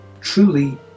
truly